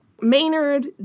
Maynard